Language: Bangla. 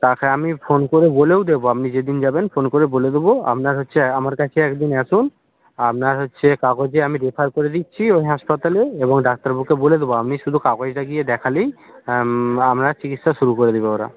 তাকে আমি ফোন করে বলেও দেবো আপনি যেদিন যাবেন ফোন করে বলে দেবো আপনার হচ্ছে আমার কাছে এক দিন আসুন আপনার হচ্ছে কাগজে আমি রেফার করে দিচ্ছি ওই হাসপাতালে এবং ডাক্তারবাবুকে বলে দেবো আপনি শুধু কাগজটা গিয়ে দেখালেই আপনার চিকিৎসা শুরু করে দেবে ওরা